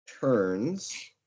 turns